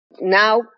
Now